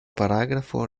paragrafo